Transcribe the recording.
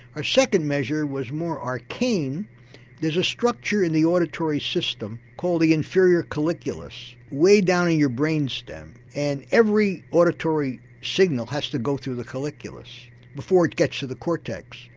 our second measure was more arcane there's a structure in the auditory system called the inferior colliculus way down in your brain stem and every auditory signal has to go through the colliculus before it gets to the cortex.